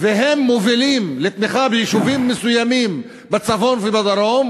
והם מובילים לתמיכה ביישובים מסוימים בצפון ובדרום,